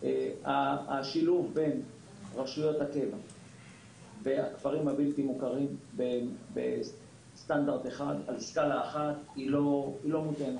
השילוב בין הרשויות והכפרים הבלתי מוכרים בצד אחד היא לא -.